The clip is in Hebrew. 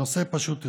הנושא פשוט יותר.